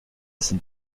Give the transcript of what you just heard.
sind